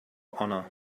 honor